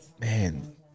Man